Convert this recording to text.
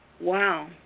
Wow